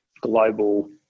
global